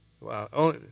wow